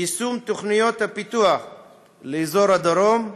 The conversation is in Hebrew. יישום תוכניות הפיתוח לאזור הדרום.